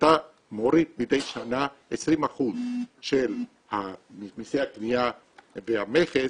אתה מוריד מדי שנה 20% של מסי הקנייה והמכס